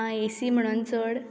आं A C म्हणून चड